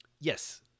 Yes